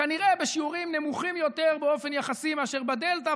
כנראה בשיעורים נמוכים יותר באופן יחסי מאשר בדלתא,